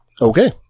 Okay